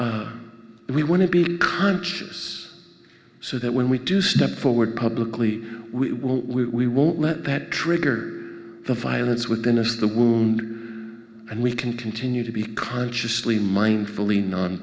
we want to be conscious so that when we do step forward publicly we will we won't let that trigger the violence within is the wound and we can continue to be consciously mindfully non